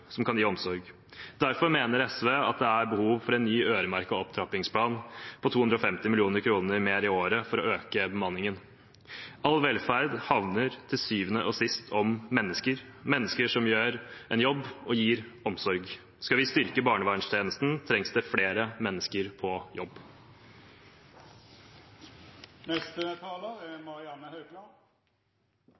som kan gi omsorg. Derfor mener SV det er behov for en ny, øremerket opptrappingsplan på 250 mill. kr mer i året for å øke bemanningen. All velferd handler til syvende og sist om mennesker, mennesker som gjør en jobb og gir omsorg. Skal vi styrke barnevernstjenesten, trengs det flere mennesker på jobb.